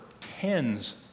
tens